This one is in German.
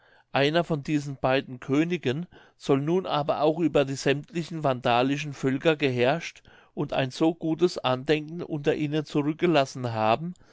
einer von diesen beiden königen soll nun aber auch über die sämmtlichen vandalischen völker geherrscht und ein so gutes andenken unter ihnen zurückgelassen haben